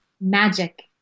magic